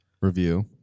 review